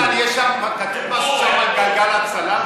ניסן, כתוב בספר גלגל הצלה?